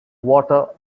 water